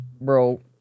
bro